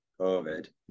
COVID